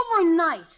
Overnight